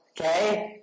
okay